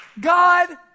God